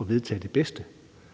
at vedtage det bedste